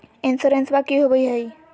इंसोरेंसबा की होंबई हय?